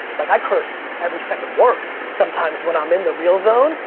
like i curse every second word sometimes when i'm in the real zone.